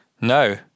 No